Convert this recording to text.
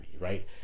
right